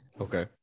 Okay